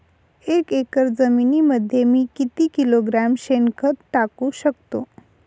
एक एकर जमिनीमध्ये मी किती किलोग्रॅम शेणखत टाकू शकतो?